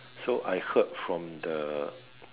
so I heard from the